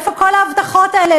איפה כל ההבטחות האלה?